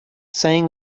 saying